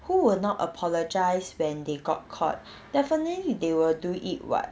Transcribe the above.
who will not apologise when they got caught definitely they will do it [what]